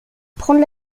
prendre